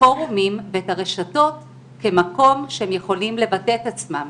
הפורומים ואת הרשתות כמקום שבו הם יכולים לבטא את עצמם,